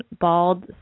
bald